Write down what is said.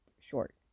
short